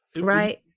Right